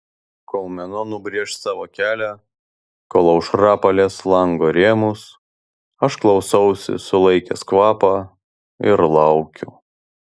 kol mėnuo nubrėš savo kelią kol aušra palies lango rėmus aš klausausi sulaikęs kvapą ir laukiu